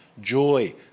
joy